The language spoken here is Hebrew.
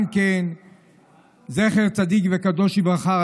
גם כן זכר צדיק וקדוש לברכה,